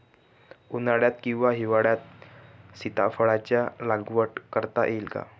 उन्हाळ्यात किंवा हिवाळ्यात सीताफळाच्या लागवड करता येईल का?